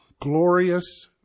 glorious